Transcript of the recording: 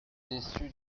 déçu